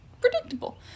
predictable